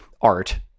art